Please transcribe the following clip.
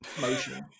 motion